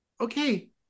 okay